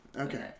Okay